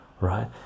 right